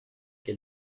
che